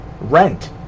rent